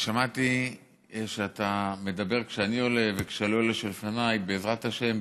שמעתי שאתה מדבר כשאני עולה וכשעלו אלה לפניי: בעזרת השם,